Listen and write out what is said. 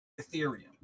Ethereum